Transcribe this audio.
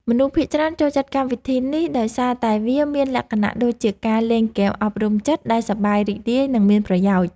មនុស្សភាគច្រើនចូលចិត្តកម្មវិធីនេះដោយសារតែវាមានលក្ខណៈដូចជាការលេងហ្គេមអប់រំចិត្តដែលសប្បាយរីករាយ និង មានប្រយោជន៍។